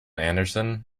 anderson